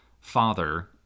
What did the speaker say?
father